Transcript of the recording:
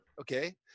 okay